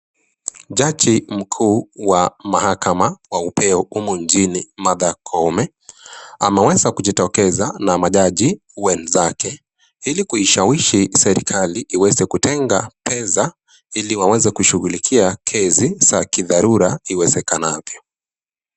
Jaji mkuu wa mahakama wa upeo humu nchini Martha Koome. Ameweza kujitokeza na majaji wenzake. Hili kuishawishi serekali ikaweze kutenga pesa, iliwaweze kushughulikia kesi zaa kidharura iwezekanavyo.